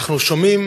אנחנו שומעים